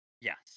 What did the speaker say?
Yes